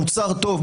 מוצר טוב,